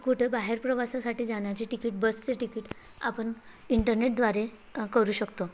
कुठं बाहेर प्रवासासाठी जाण्याची तिकीट बसचे तिकीट आपण इंटरनेटद्वारे करू शकतो